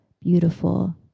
beautiful